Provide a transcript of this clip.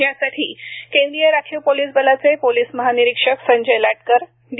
यासाठी केंद्रीय राखीव पोलीस बलाचे पोलीस महानिरीक्षक संजय लाटकर डी